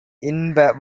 இன்ப